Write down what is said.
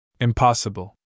Impossible